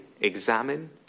examine